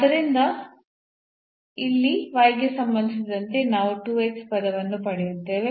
ಆದ್ದರಿಂದ ಮತ್ತು ಈ ನಿಖರವಾಗಿ ಈ ಅನ್ನು ಮಾಡುತ್ತದೆ ಮತ್ತು ನಾವು ಅನ್ನು ಹೊಂದಿದ್ದೇವೆ ಮತ್ತು ನಾವು k into h square ಅನ್ನು ಹೊಂದಿದ್ದೇವೆ